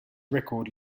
record